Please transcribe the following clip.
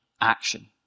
action